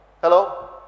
hello